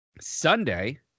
Sunday